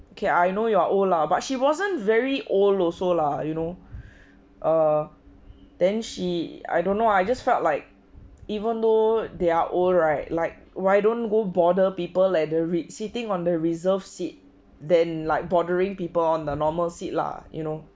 okay I know your old lah but she wasn't very old also lah you know err then she I don't know I just felt like even though they are old right like why don't go bother people like the seating on the reserve seat then like bothering people on the normal seat lah you know